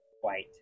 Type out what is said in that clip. white